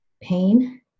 pain